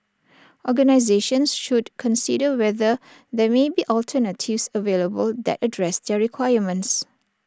organisations should consider whether there may be alternatives available that address their requirements